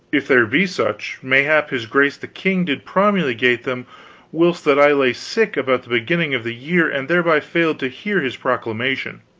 if there be such, mayhap his grace the king did promulgate them whilst that i lay sick about the beginning of the year and thereby failed to hear his proclamation.